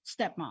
stepmom